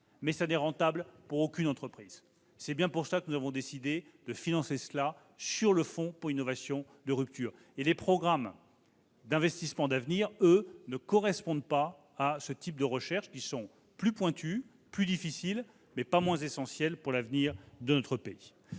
mais n'est rentable pour aucune entreprise. C'est pourquoi nous avons décidé de faire financer cela par le fonds pour l'innovation de rupture. Les programmes d'investissements d'avenir ne correspondent pas à ce type de recherches, qui sont plus pointues, plus difficiles, mais pas moins essentielles pour l'avenir de notre pays.